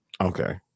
Okay